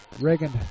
Reagan